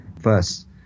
first